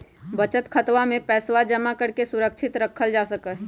बचत खातवा में पैसवा जमा करके सुरक्षित रखल जा सका हई